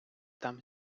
там